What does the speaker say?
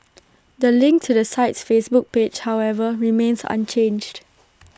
the link to the site's Facebook page however remains unchanged